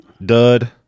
dud